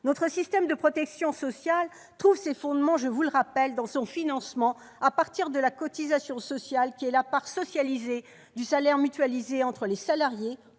Notre système de protection sociale trouve ses fondements dans son financement à partir de la cotisation sociale, qui est la part socialisée du salaire mutualisée entre les salariés